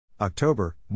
October